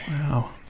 Wow